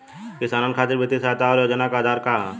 किसानन खातिर वित्तीय सहायता और योजना क आधार का ह?